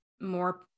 more